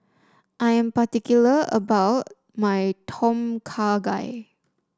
I am particular about my Tom Kha Gai